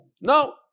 No